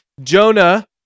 Jonah